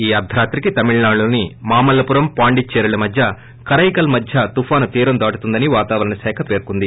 ఈ అర్ధరాత్రికి తమిళనాడులోని మామల్లపురం పాండిదేరి లోని కరైకల్ మధ్య తుపాను తీరం దాటనుందని వాతావరణ శాఖ పేర్కొంది